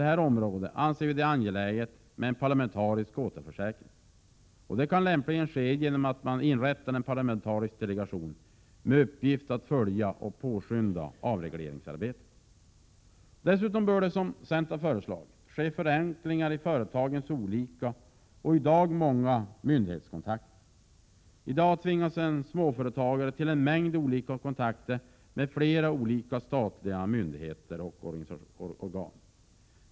1987/88:115 det vara angeläget med en parlamentarisk återförsäkring, vilket lämpligen S maj 1988 kan ske genom inrättande av en parlamentarisk delegation med uppgift att följa och påskynda avregleringsarbetet. Dessutom bör det, som centern föreslagit, ske förenklingar i företagens olika och många myndighetskontakter. I dag tvingas en småföretagare till en mängd olika kontakter med flera olika statliga myndigheter och organ.